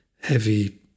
heavy